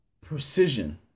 precision